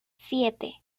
siete